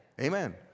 Amen